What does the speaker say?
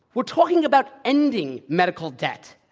we're talking about ending medical debt,